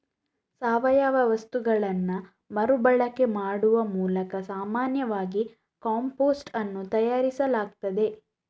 ಸಾವಯವ ವಸ್ತುಗಳನ್ನ ಮರು ಬಳಕೆ ಮಾಡುವ ಮೂಲಕ ಸಾಮಾನ್ಯವಾಗಿ ಕಾಂಪೋಸ್ಟ್ ಅನ್ನು ತಯಾರಿಸಲಾಗ್ತದೆ